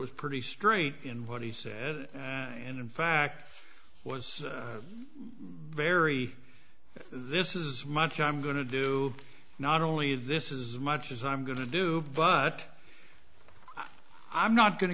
was pretty straight in what he said and in fact was very this is much i'm going to do not only this is much as i'm going to do but i'm not go